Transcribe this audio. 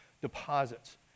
deposits